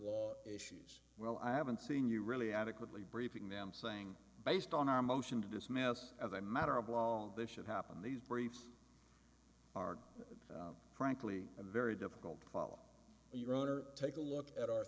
law issues well i haven't seen you really adequately briefing them saying based on our motion to dismiss of a matter of long that should happen these briefs are frankly a very difficult call your honor take a look at our